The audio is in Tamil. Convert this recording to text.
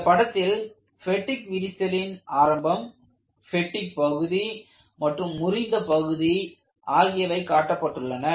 இந்தபடத்தில் பெடிக் விரிசலின் ஆரம்பம் பெட்டிக் பகுதி மற்றும் முறிந்த பகுதி ஆகியவை காட்டப்பட்டுள்ளன